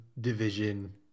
division